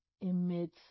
emits